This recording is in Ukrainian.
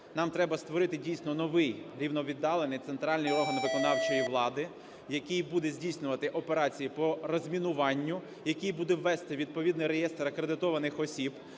нам треба створити дійсно новий рівновіддалений центральний орган виконавчої влади, який буде здійснювати операції по розмінуванню, який буде вести відповідний реєстр акредитованих осіб,